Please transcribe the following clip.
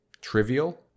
trivial